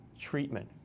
treatment